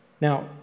Now